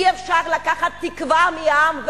אי-אפשר לקחת תקווה מהעם,